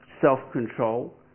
self-control